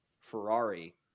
Ferrari